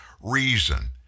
reason